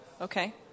Okay